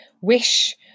wish